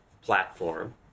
platform